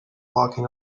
blocking